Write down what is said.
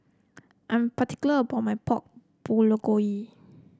I'm particular about my Pork Bulgogi